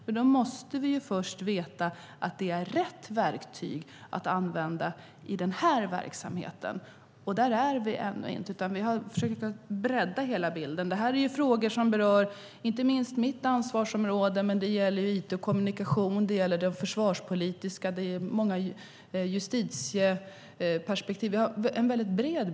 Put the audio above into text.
Därför måste vi först veta om det är rätt verktyg att använda i den här verksamheten, och där är vi ännu inte. Vi har försökt bredda bilden. Det här är frågor som berör inte minst mitt ansvarsområde men också it och kommunikation, den försvarspolitiska delen, det rättsliga perspektivet - bilden är väldigt bred.